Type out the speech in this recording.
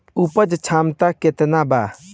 उपज क्षमता केतना वा?